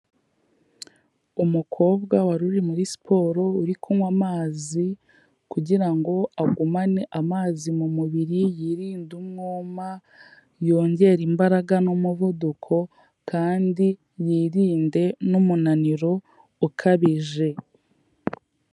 Umukobwa waruri muri siporo uri kunywa amazi kugira ngo agumane amazi mu mubiri yirinde umwuma, yongere imbaraga n'umuvuduko kandi yirinde n'umunaniro ukabije.